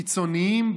קיצונים,